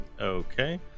Okay